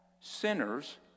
sinners